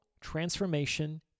transformation